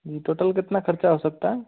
जी total कितना ख़र्च हो सकता है